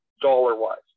dollar-wise